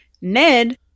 Ned